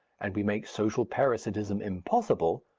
and we make social parasitism impossible,